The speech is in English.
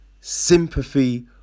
sympathy